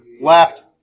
left